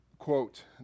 quote